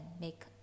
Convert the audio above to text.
make